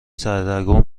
سردرگم